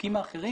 כן.